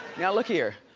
now, look here,